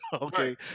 okay